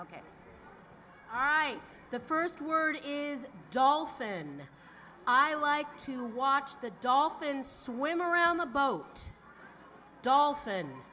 ok all right the first word in dolphin i like to watch the dolphin swim around the boat dolphin